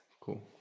cool